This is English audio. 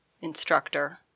instructor